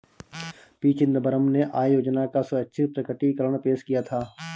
P Chidambaram ने आय योजना का स्वैच्छिक प्रकटीकरण पेश किया था